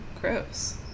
Gross